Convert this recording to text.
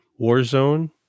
Warzone